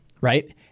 right